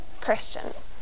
Christians